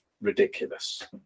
ridiculous